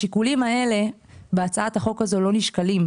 השיקולים האלה בהצעת החוק הזו לא נשקלים,